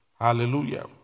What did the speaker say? hallelujah